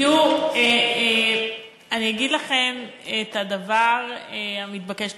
תראו, אני אגיד לכם את הדבר המתבקש.